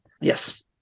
Yes